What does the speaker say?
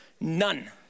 None